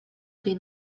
tej